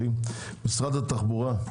משרד התחבורה,